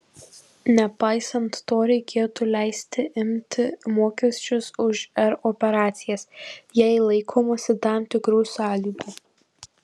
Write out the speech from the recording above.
nepaisant to reikėtų leisti imti mokesčius už r operacijas jei laikomasi tam tikrų sąlygų